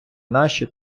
наші